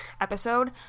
episode